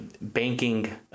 banking